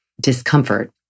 discomfort